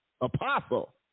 Apostle